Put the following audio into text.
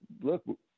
look